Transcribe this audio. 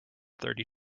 thirty